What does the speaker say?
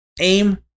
aim